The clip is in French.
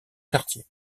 quartier